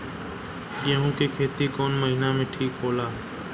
गेहूं के खेती कौन महीना में ठीक होला?